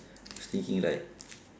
was thinking like